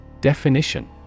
Definition